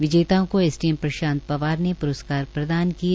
विजेताओं को एसडीएम प्रशांत पवार ने प्रस्कार प्रदान किए